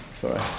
Sorry